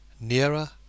NEARER